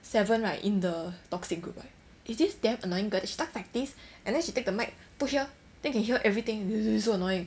seven right in the toxic group right is this damn annoying girl then she talks like this and then she take the mic put here then can hear everything so annoying